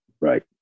Right